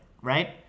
right